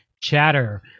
chatter